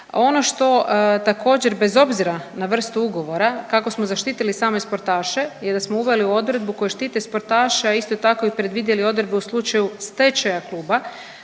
Ono što također bez obzira na vrstu ugovora kako smo zaštitili same sportaše i da smo uveli odredbu koje štite sportaše, a isto tako i predvidjeli odredbu u slučaju stečaja kluba,